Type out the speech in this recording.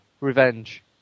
Revenge